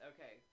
Okay